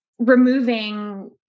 Removing